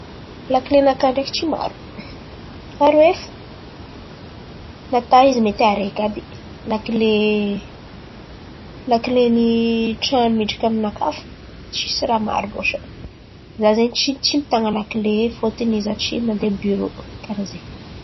Lakile-nakà ndraiky tsy maro, aroe fo na tà izy mety araiky àby, lakile ny trano midriky aminakà fo tsisy raha maro loatra. Izaho zen̈y tsy tsy mitan̈a lakile fôtony izaho tsy mandeha birô kàra zen̈y.